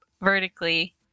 vertically